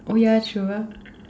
oh yeah true ah